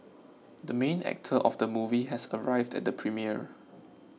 the main actor of the movie has arrived at the premiere